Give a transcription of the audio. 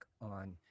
on